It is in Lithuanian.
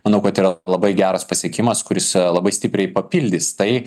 manau kad yra labai geras pasiekimas kuris labai stipriai papildys tai